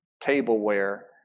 tableware